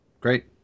Great